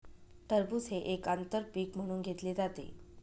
टरबूज हे एक आंतर पीक म्हणून घेतले जाते